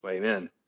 Amen